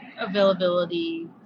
availability